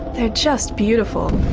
they're just beautiful.